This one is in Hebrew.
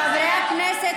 חברי הכנסת,